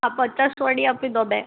હા પચાસવાળી આપી દો બે